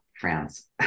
France